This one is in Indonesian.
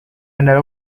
ada